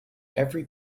every